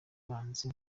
banzi